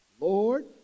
Lord